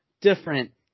different